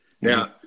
Now